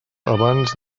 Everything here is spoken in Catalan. abans